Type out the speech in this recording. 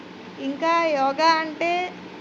ఇంకా యోగా అంటే